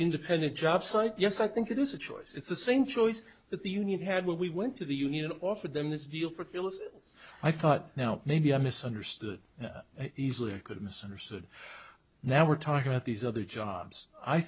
independent jobsite yes i think it is a choice it's the same choice that the union had when we went to the union offered them this deal for phyllis i thought now maybe i misunderstood and easily could misunderstood now we're talking about these other jobs i